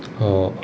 orh